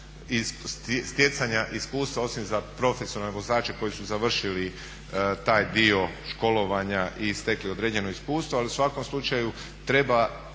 stjecanja iskustva, osim za profesionalne vozače koji su završili taj dio školovanja i stekli određeno iskustvo. Ali u svakom slučaju treba